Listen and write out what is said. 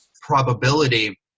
probability